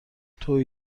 توئی